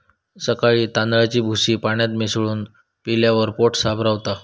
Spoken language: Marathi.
सकाळी तांदळाची भूसी पाण्यात मिसळून पिल्यावर पोट साफ रवता